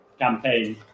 campaign